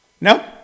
No